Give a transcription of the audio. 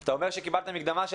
אתה אומר שעד עכשיו קיבלתם מקדמה של